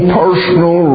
personal